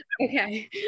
Okay